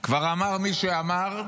כבר אמר מי שאמר,